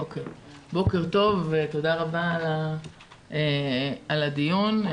תודה רבה על הדיון.